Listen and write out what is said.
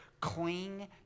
cling